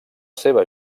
seva